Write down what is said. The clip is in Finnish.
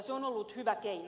se on ollut hyvä keino